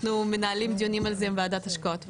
אנחנו מנהלים דיונים על זה עם וועדת השקעות,